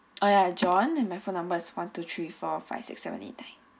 ah ya john and my phone numbers one two three four five six seven eight nine